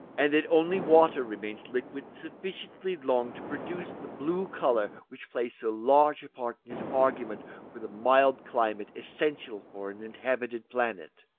and that only water remains liquid sufficiently long to produce the blue colour' which plays so large a part in his argument for the mild climate essential for an inhabited planet.